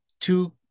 two